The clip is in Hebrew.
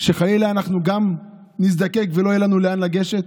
שחלילה גם אנחנו נזדקק ולא יהיה לנו לאן לגשת?